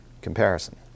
comparison